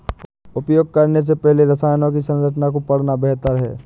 उपयोग करने से पहले रसायनों की संरचना को पढ़ना बेहतर है